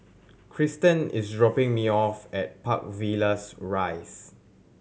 Christen is dropping me off at Park Villas Rise